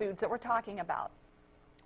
foods that we're talking about